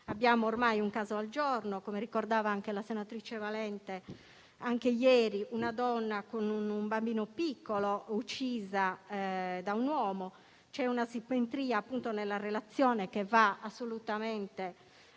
abbiamo un caso al giorno, come ricordava anche la senatrice Valente. Anche ieri, una donna con un bambino piccolo uccisa da un uomo. C'è una asimmetria nella relazione, che va assolutamente